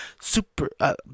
Super